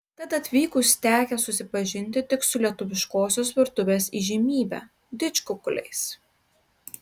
tad atvykus tekę susipažinti tik su lietuviškosios virtuvės įžymybe didžkukuliais